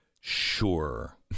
Sure